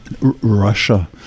Russia